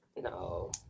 No